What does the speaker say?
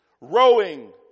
rowing